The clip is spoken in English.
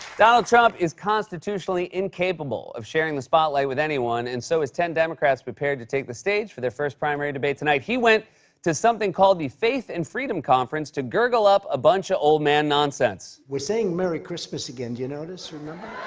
donald trump is constitutionally incapable of sharing the spotlight with anyone, and so as ten democrats prepared to take the stage for their first primary debate tonight, he went to something called the faith and freedom conference to gurgle up a bunch of old-man nonsense. we're saying merry christmas again. did you notice? remember?